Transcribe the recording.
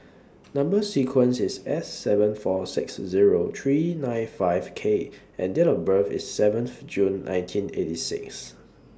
Number sequence IS S seven four six Zero three nine five K and Date of birth IS seventh June nineteen eighty six